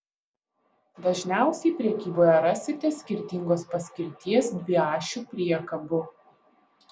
dažniausiai prekyboje rasite skirtingos paskirties dviašių priekabų